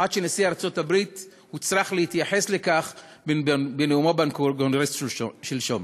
עד שנשיא ארצות-הברית נצרך להתייחס לכך בנאומו בקונגרס שלשום.